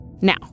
Now